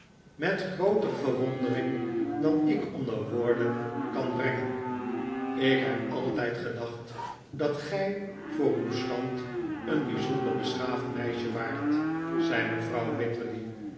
met grooter verwondering dan ik onder woorden kan brengen ik heb altijd gedacht dat gij voor uw stand een bij zonder beschaafd meisje waart zei mevrouw wititterly